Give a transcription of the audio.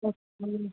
अच्छे